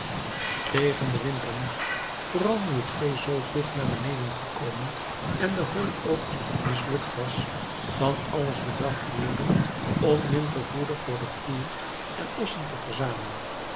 tegen den winter moest vooral nu het vee zoo vroeg naar beneden gekomen en de hooioogst mislukt was van alles bedacht worden om wintervoeder voor de koeien en ossen te verzamelen